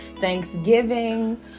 Thanksgiving